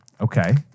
Okay